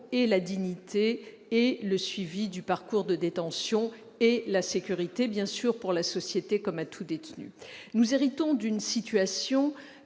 la dignité, le suivi du parcours de détention et la sécurité, bien sûr, pour la société, comme à tout détenu. Nous héritons d'une situation